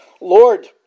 Lord